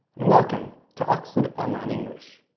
and welcome to oxford online english!